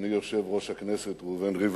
אדוני יושב-ראש הכנסת ראובן ריבלין,